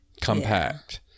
Compact